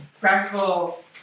practical